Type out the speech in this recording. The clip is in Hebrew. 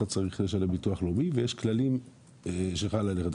אתה צריך לשלם ביטוח לאומי ויש כללים שחלים עליהם.